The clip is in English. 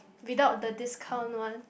without the discount one